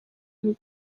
her